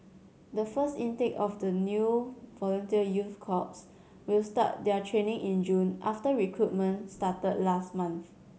the first intake of the new volunteer youth corps will start their training in June after recruitment started last month